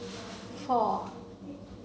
four